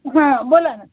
हां बोला ना